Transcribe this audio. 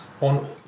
on